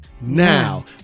now